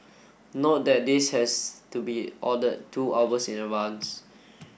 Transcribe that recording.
note that this has to be ordered two hours in advance